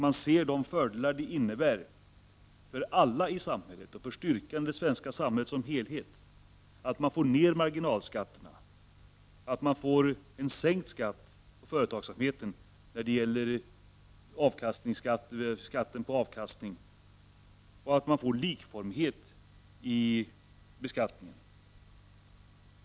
Man ser de fördelar det innebär för alla och för styrkan i det svenska samhället som helhet att marginalskatterna sänks, att skatten på avkastning sänks och att det blir likformighet vid beskattningen.